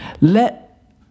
Let